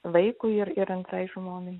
vaikui ir ir antrai žmonai